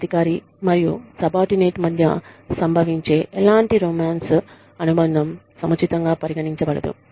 ఉన్నతాధికారి మరియు సబార్డినేట్ మధ్య సంభవించే ఎలాంటి రొమాన్స్ అనుబంధం సముచితంగా పరిగణించబడదు